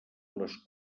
les